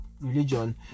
religion